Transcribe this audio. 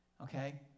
okay